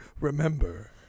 remember